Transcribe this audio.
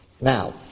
Now